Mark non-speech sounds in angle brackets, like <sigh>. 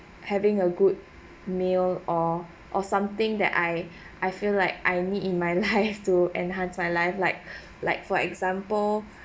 having a good meal or or something that I I feel like I need in my life <laughs> to enhance my life like like for example